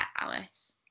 Alice